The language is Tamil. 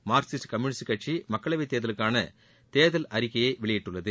மார்க்சிஸ்ட் கம்யூனிஸ்ட் கட்சி மக்களவைத் தேர்தலுக்கான தேர்தல் அறிக்கையை வெளியிட்டுள்ளது